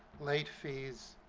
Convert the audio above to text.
late fees,